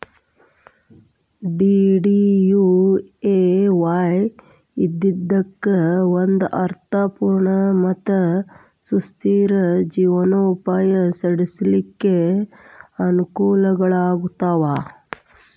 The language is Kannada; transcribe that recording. ಡಿ.ಡಿ.ಯು.ಎ.ವಾಯ್ ಇದ್ದಿದ್ದಕ್ಕ ಒಂದ ಅರ್ಥ ಪೂರ್ಣ ಮತ್ತ ಸುಸ್ಥಿರ ಜೇವನೊಪಾಯ ನಡ್ಸ್ಲಿಕ್ಕೆ ಅನಕೂಲಗಳಾಗ್ತಾವ